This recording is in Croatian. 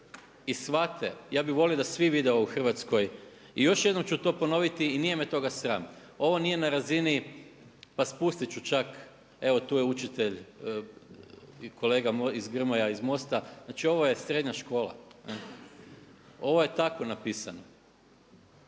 i shvate, ja bih volio da svi vide u Hrvatskoj i još jednom ću to ponoviti i nije me toga sram, ovo nije na razini pa spustit ću čak evo tu je učitelj i moj kolega Grmoja iz MOST-a, znači ovo je srednja škola, ovo je tako napisano.